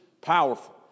powerful